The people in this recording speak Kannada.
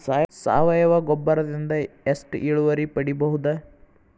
ಸಾವಯವ ಗೊಬ್ಬರದಿಂದ ಎಷ್ಟ ಇಳುವರಿ ಪಡಿಬಹುದ?